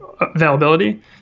availability